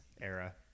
era